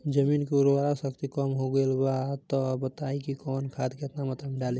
जमीन के उर्वारा शक्ति कम हो गेल बा तऽ बताईं कि कवन खाद केतना मत्रा में डालि?